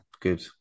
good